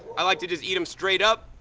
i like to just eat em straight up.